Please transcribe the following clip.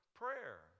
prayer